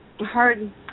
Hard